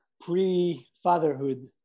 pre-fatherhood